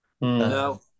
No